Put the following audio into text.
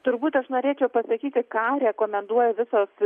turbūt aš norėčiau pasakyti ką rekomenduoja visos